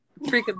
freaking